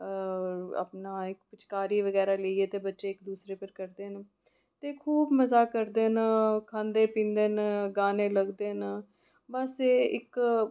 अपना इक पिचकारी बगैरा लेइयै ते बच्चे इक दूसरे उप्पर करदे न ते खूब मज़े करदे न खांदे पींदे न गाने लगदे न बस एह् इक्क